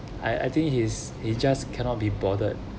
I I think he's it's just cannot be bothered